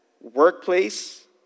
workplace